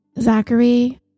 Zachary